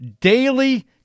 daily